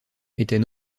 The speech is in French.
était